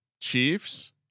Chiefs